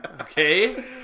Okay